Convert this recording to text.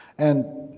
and